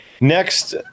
Next